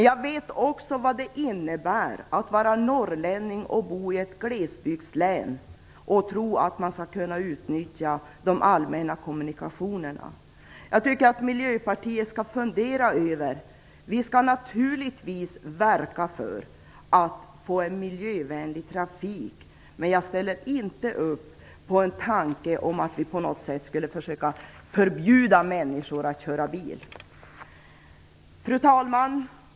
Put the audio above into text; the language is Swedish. Jag vet också vad det innebär att vara norrlänning, bo i ett glesbygdslän och tro att man skall kunna utnyttja allmänna kommunikationer. Jag tycker att Miljöpartiet borde fundera litet grand. Vi skall naturligtvis verka för en miljövänlig trafik, men jag ställer inte upp på tanken att vi på något sätt skulle förbjuda människor att köra bil. Fru talman!